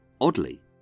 Oddly